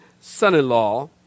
son-in-law